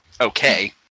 okay